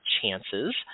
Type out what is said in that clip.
Chances